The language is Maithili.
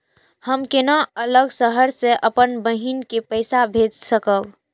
हम केना अलग शहर से अपन बहिन के पैसा भेज सकब?